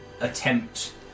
attempt